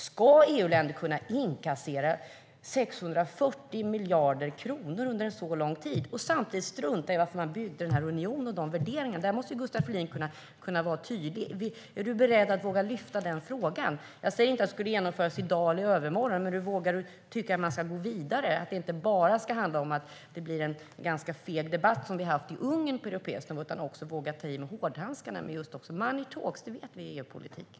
Ska EUländer kunna inkassera 640 miljarder kronor under så lång tid och samtidigt strunta i varför man byggde den här unionen och dess värderingar? Där måste Gustav Fridolin kunna vara tydlig. Är du bredd att våga lyfta den frågan? Jag säger inte att det skulle genomföras i dag eller i övermorgon. Men vågar du tycka att man ska gå vidare, så att det inte bara blir en ganska feg debatt, som vi har haft om Ungern på europeisk nivå, utan att man också vågar ta i med hårdhandskarna? Money talks - det vet vi i EU-politiken.